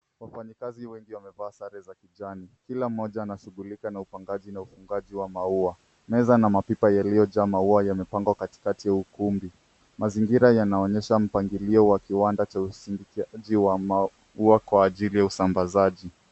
Wafanyikazi wengi wamevaa sare za kijani. Kila mmoja anashughulika na upangaji na ufungaji wa maua. Meza na mapipa yaliyojaa maua yamepangwa katikati ya ukumbi. Mazingira yanaonyesha mpangilio wa kiwanda cha usafirishaji wa maua kwa ajili ya usambazaji.